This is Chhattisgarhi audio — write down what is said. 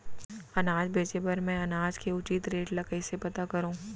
अनाज बेचे बर मैं अनाज के उचित रेट ल कइसे पता करो?